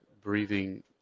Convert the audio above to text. breathing